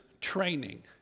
training